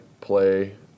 play